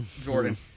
Jordan